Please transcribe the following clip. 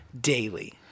daily